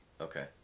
Okay